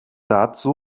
dazu